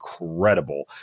incredible